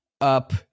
up